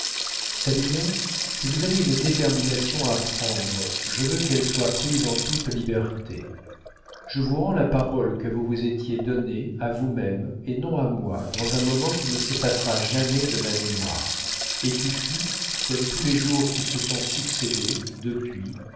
savinien si vous avez une détermination à prendre je veux qu'elle soit prise en toute liberté je vous rends la parole que vous vous étiez donnée à vous-même et non à moi dans un moment qui ne s'effacera jamais de ma mémoire et qui fut comme tous les jours qui se sont succédé depuis